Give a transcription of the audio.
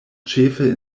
ĉefe